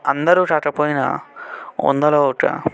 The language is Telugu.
అందరూ కాకపోయినా వందలో ఒక